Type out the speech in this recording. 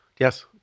Yes